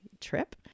trip